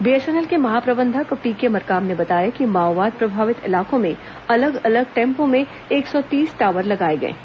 BSNL के महाप्रबंधक PK Markam ने बताया कि माओवाद प्रभावित इलाकों में अलग अलग टेम्पों में एक सौ तीस टॉवर लगाए गए हैं